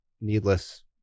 needless